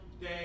Day